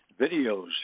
Videos